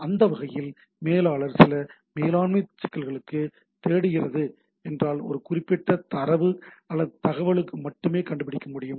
அந்த வகையில் மேலாளர் சில மேலாண்மை சிக்கல்களைத் தேடுகிறது என்றால் ஒரு குறிப்பிட்ட தரவு அல்லது தகவலுக்கு மட்டுமே கண்டுபிடிக்க முடியும்